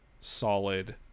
solid